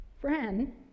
friend